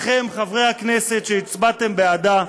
לכם, חברי הכנסת, שהצבעתם בעדה.